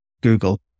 Google